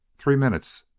three minutes!